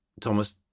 Thomas